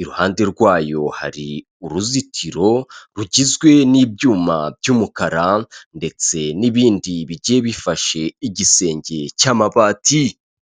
iruhande rwayo hari uruzitiro rugizwe n'ibyuma by'umukara ndetse n'ibindi bi bigiye bifashe igisenge cy'amabati.